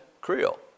Creole